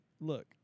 look